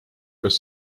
kas